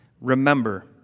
Remember